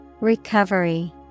Recovery